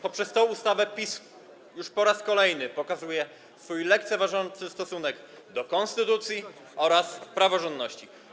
Poprzez tę ustawę PiS już po raz kolejny pokazuje swój lekceważący stosunek do konstytucji oraz praworządności.